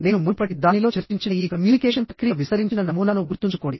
నేను మునుపటి దానిలో చర్చించిన ఈ కమ్యూనికేషన్ ప్రక్రియ విస్తరించిన నమూనాను గుర్తుంచుకోండి